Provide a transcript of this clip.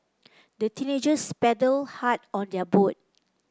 the teenagers paddled hard on their boat